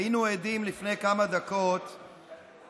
היינו עדים לפני כמה דקות לפארסה.